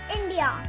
India